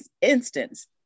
instance